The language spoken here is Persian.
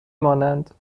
مانند